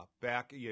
back